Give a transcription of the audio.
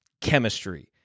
chemistry